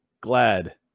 glad